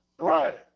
Right